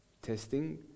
Testing